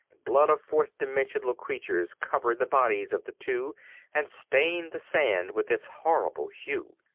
blood of fourth-dimensional creatures, covered the bodies of the two and stained the sand with its horrible hue.